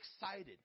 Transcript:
excited